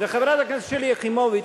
וחברת הכנסת שלי יחימוביץ,